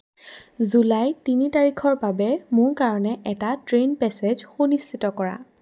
July তিনি তাৰিখৰ বাবে মোৰ কাৰণে এটা ট্ৰেইন পেছেজ সুনিশ্চিত কৰা